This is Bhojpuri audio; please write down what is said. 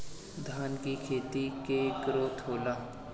धान का खेती के ग्रोथ होला?